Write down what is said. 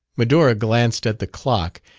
medora glanced at the clock.